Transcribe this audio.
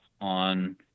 on